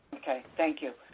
okay, thank you.